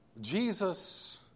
Jesus